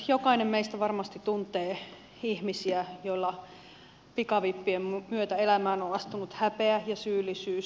jokainen meistä varmasti tuntee ihmisiä joilla pikavippien myötä elämään on astunut häpeä ja syyllisyys